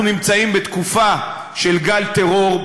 אנחנו נמצאים בתקופה של גל טרור,